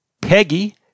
Peggy